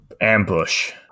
ambush